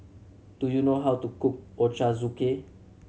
do you know how to cook Ochazuke